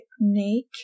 technique